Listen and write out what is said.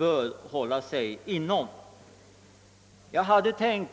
Herr talman! Jag hade tänkt